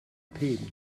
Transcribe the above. pity